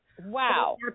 Wow